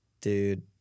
Dude